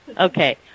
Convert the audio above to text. Okay